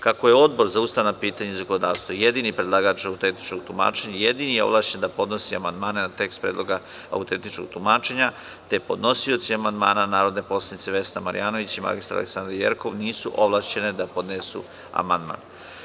Kako je Odbor za ustavna pitanja i zakonodavstvo jedini predlagač autentičnog tumačenja, jedini je ovlašćen da podnosi amandmane na tekst Predloga autentičnog tumačenja, te podnosioci amandmana, narodne poslanice Vesna Marjanović i mr Aleksandra Jerkov, nisu ovlašćene da podnesu amandman.